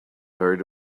hurried